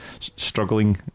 struggling